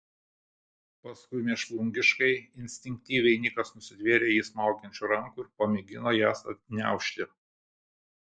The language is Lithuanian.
paskui mėšlungiškai instinktyviai nikas nusitvėrė jį smaugiančių rankų ir pamėgino jas atgniaužti